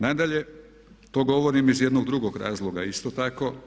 Nadalje, to govorim iz jednog drugog razloga isto tako.